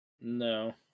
No